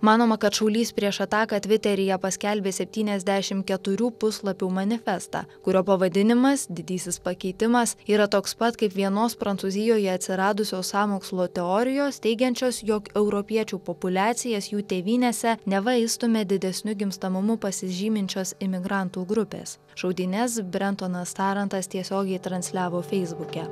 manoma kad šaulys prieš ataką tviteryje paskelbė septyniasdešimt keturių puslapių manifestą kurio pavadinimas didysis pakeitimas yra toks pat kaip vienos prancūzijoje atsiradusios sąmokslo teorijos teigiančios jog europiečių populiacijas jų tėvynėse neva išstumia didesniu gimstamumu pasižyminčios imigrantų grupės šaudynes brentonas tarantas tiesiogiai transliavo feisbuke